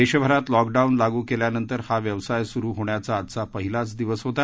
देशभरात लॉकडाऊन लागू केल्यानंतर हा व्यवसाय सुरु होण्याचा आजचा पहिलाच दिवस होता